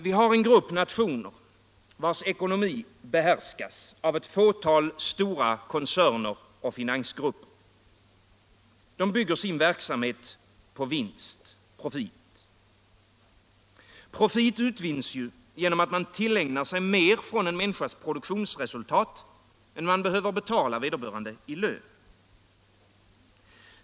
Vi har en grupp nationer, vilkas ekonomi behärskas av ett fåtal stora koncerner och finansgrupper. De bygger sin verksamhet på vinst, profit. Profit utvinnes ju genom att man tillägnar sig mer från en människas produktionsresultat än man behöver betala vederbörande i lön.